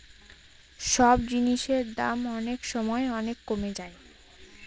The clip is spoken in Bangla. সব জিনিসের দাম অনেক সময় অনেক কমে যায়